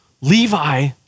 Levi